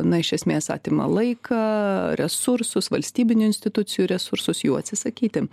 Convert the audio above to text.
na iš esmės atima laiką resursus valstybinių institucijų resursus jų atsisakyti